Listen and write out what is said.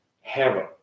heaven